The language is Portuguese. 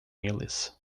eles